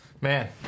Man